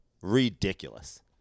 Ridiculous